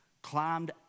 climbed